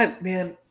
Man